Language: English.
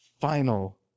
final